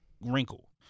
wrinkle